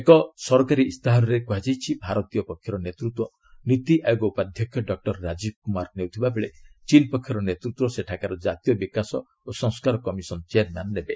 ଏକ ସରକାରୀ ଇସ୍ତାହାରରେ କୁହାଯାଇଛି ଭାରତୀୟ ପକ୍ଷର ନେତୃତ୍ୱ ନୀତି ଆୟୋଗ ଉପାଧ୍ୟକ୍ଷ ଡକ୍କର ରାଜୀବ କୁମାର ନେଉଥିବାବେଳେ ଚୀନ୍ ପକ୍ଷର ନେତୃତ୍ୱ ସେଠାକାର କାତୀୟ ବିକାଶ ଓ ସଂସ୍କାର କମିଶନ ଚେୟାରମ୍ୟାନ୍ ନେବେ